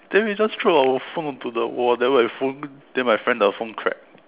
then we just throw our phone onto the wall then my phone then my friend the phone crack